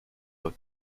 eux